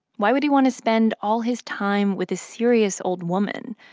why would he want to spend all his time with a serious, old woman,